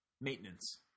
maintenance